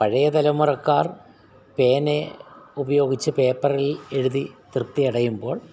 പഴയ തലമുറക്കാർ പേന ഉപയോഗിച്ച് പേപ്പറിൽ എഴുതി തൃപ്തി അടയുമ്പോൾ